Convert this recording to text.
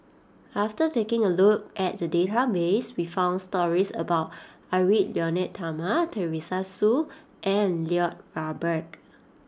after taking a look at the database we found stories about Edwy Lyonet Talma Teresa Hsu and Lloyd Valberg